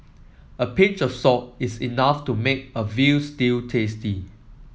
a pinch of salt is enough to make a veal stew tasty